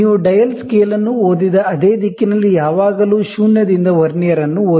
ನೀವು dial scale ಅನ್ನು ಓದಿದ ಅದೇ ದಿಕ್ಕಿನಲ್ಲಿ ಯಾವಾಗಲೂ ಶೂನ್ಯದಿಂದ ವರ್ನಿಯರ್ ಅನ್ನು ಓದಿ